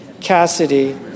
Cassidy